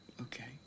Okay